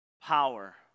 Power